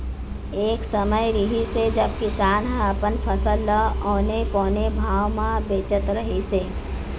एक समे रिहिस हे जब किसान ह अपन फसल ल औने पौने भाव म बेचत रहिस हे